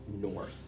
north